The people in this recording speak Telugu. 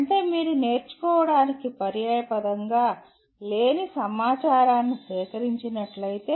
అంటే మీరు నేర్చుకోవటానికి పర్యాయపదంగా లేని సమాచారాన్ని సేకరించినట్లయితే